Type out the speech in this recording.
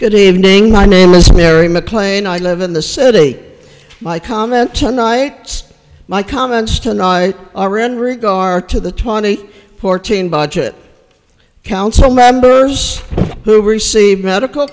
good evening my name is mary mcclain i live in the city my comment tonight's my comments tonight are in regard to the twenty fourteen budget council members who received medical